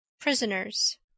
Prisoners